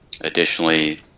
Additionally